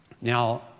Now